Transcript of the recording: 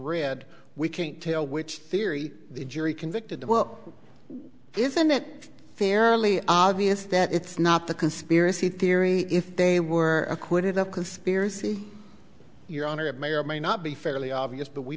read we can't tell which theory the jury convicted the well isn't it fairly obvious that it's not the conspiracy theory if they were acquitted of conspiracy your honor it may or may not be fairly obvious but we